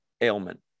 ailment